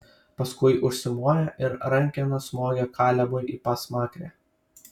paskui užsimoja ir rankena smogia kalebui į pasmakrę